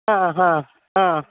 ആ ഹാ ആ